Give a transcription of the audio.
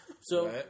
So-